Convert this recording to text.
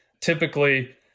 Typically